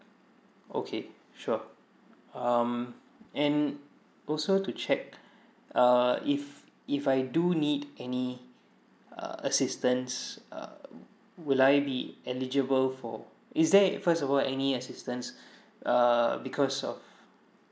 okay sure um and also to check uh if if I do need any err assistance err will I be eligible for is there first of all any assistance err because of